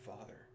father